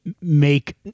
make